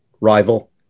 rival